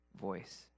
voice